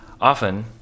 Often